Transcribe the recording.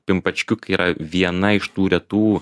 pimpačkiukai yra viena iš tų retų